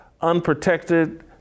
unprotected